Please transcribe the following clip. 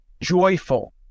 joyful